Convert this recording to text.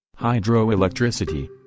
hydroelectricity